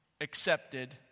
accepted